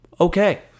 okay